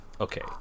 okay